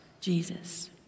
Jesus